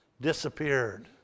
Disappeared